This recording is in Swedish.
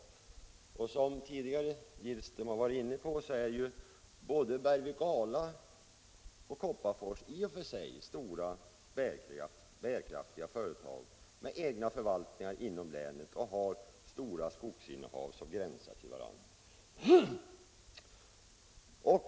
Som herr Gillström tidigare har varit inne på är både Bergvik och Ala AB och Kopparfors AB i och för sig stora och bärkraftiga företag, med egna förvaltningar inom landet, och de har stora skogsinnehav som gränsar till varandra.